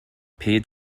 paid